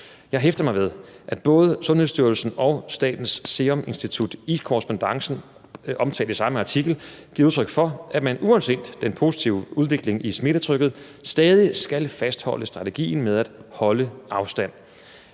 Jeg hæfter mig ved, at både Sundhedsstyrelsen og Statens Serum Institut i korrespondancen omtalt i samme artikel giver udtryk for, at man uanset den positive udvikling i smittetrykket stadig skal fastholde strategien med at holde afstand.